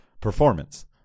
performance